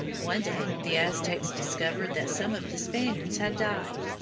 one day the aztecs discovered that some of the spaniards had died.